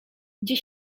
gdzie